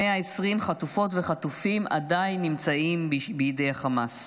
120 חטופות וחטופים עדיין נמצאים בידי החמאס.